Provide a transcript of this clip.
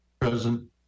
Present